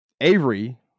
Avery